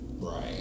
Right